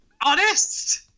Honest